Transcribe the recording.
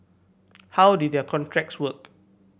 how did their contracts work